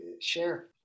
share